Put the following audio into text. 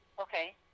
Okay